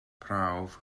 prawf